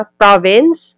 province